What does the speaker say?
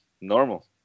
normal